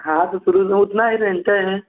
हाँ तो शुरू उतना ही रेंटे हैं